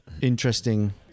Interesting